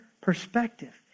perspective